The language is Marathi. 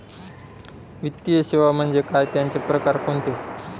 वित्तीय सेवा म्हणजे काय? त्यांचे प्रकार कोणते?